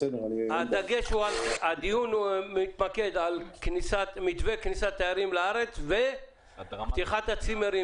הדיון מתמקד במתווה כניסת תיירים לארץ ופתיחת הצימרים